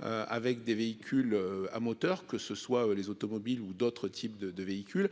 avec des véhicules à moteur, que ce soit les automobiles ou d'autres types de de véhicules